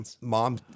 mom